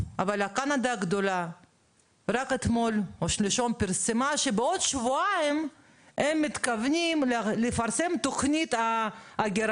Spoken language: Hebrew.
יש במשרד יחידה של מורים-עולים שהיא מטפלת בהם.